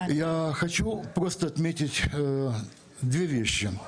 הצילו הרבה אנשים שנתנו את החיים שלהם